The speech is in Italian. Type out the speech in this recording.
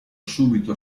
subito